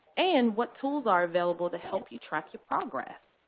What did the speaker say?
and what tools are available to help you track your progress.